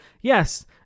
yes